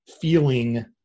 feeling